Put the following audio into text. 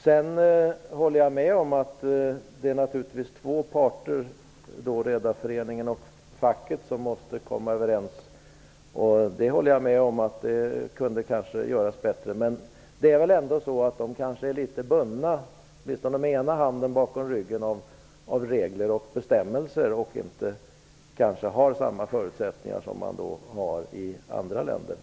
Jag håller med om att det naturligtvis är två parter, Redarföreningen och facket, som måste komma överens och att detta borde lyckas bättre. Men kanske är de litet bundna -- åtminstone med den ena handen bakom ryggen -- av regler och bestämmelser, vilket gör att deras förutsättningar kanske blir sämre än andra länders.